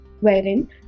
wherein